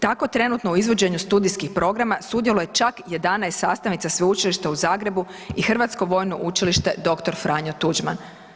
Tako trenutno u izvođenju studijskih programa sudjeluje čak 11 sastavnica Sveučilišta u Zagrebu i Hrvatsko vojno učilište Dr. Franjo Tuđman.